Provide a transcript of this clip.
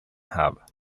hub